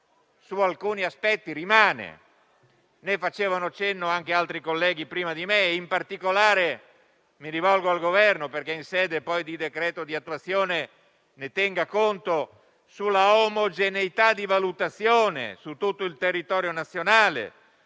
su alcuni aspetti rimane, e ne facevano cenno anche altri colleghi prima di me, in particolare - mi rivolgo al Governo, perché in sede di decreto di attuazione ne tenga conto - riguardo alla omogeneità di valutazione su tutto il territorio nazionale